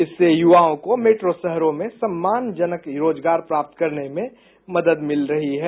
इससे युवाओं को मेट्रो शहरों में सम्मानजनक रोजगार प्राप्त करने में मदद मिल रही है